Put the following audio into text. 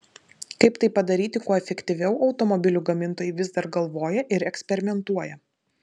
kaip tai padaryti kuo efektyviau automobilių gamintojai vis dar galvoja ir eksperimentuoja